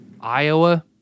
Iowa